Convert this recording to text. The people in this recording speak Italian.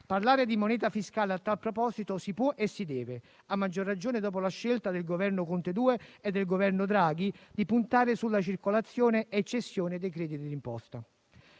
Parlare di moneta fiscale a tal proposito si può e si deve, a maggior ragione dopo la scelta del Governo Conte II e del Governo Draghi di puntare sulla circolazione e cessione dei crediti d'imposta.